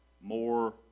more